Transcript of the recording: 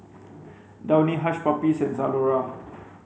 Downy Hush Puppies and Zalora